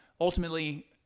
Ultimately